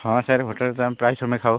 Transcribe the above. ହଁ ସାର୍ ହୋଟେଲ୍ରେ ତ ଆମେ ପ୍ରାୟ ସମୟ ଖାଉ